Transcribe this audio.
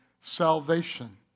salvation